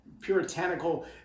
puritanical